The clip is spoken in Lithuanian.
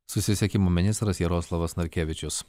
susisiekimo ministras jaroslavas narkevičius